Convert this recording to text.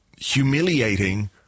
humiliating